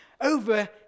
over